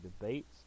debates